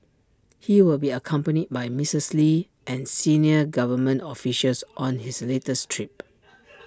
he will be accompanied by Missus lee and senior government officials on his latest trip